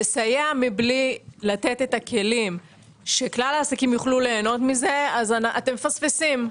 לסייע מבלי לתת את הכלים שכלל העסקים יוכלו ליהנות מזה אתם מפספסים.